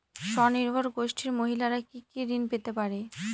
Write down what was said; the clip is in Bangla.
স্বনির্ভর গোষ্ঠীর মহিলারা কি কি ঋণ পেতে পারে?